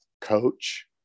coach